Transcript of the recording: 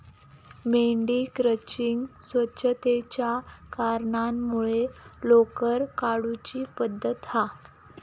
मेंढी क्रचिंग स्वच्छतेच्या कारणांमुळे लोकर काढुची पद्धत हा